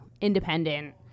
independent